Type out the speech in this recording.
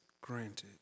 granted